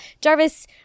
Jarvis